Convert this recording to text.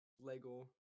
lego